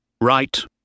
Right